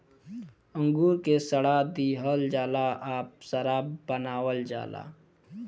अंगूर के सड़ा दिहल जाला आ शराब बनावल जाला